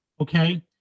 okay